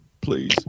please